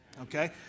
okay